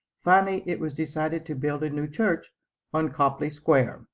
finally it was decided to build a new church on copley square.